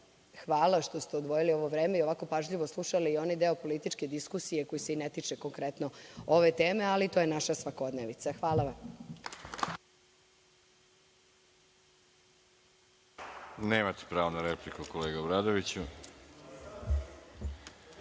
hvala što ste odvojili ovo vreme i ovako pažljivo slušali i onaj deo političke diskusije koja se ne tiče konkretno ove teme, ali to je naša svakodnevica. Hvala vam. **Veroljub Arsić**